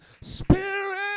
spirit